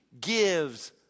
gives